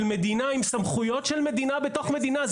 מדינה עם סמכויות של מדינה בתוך מדינה,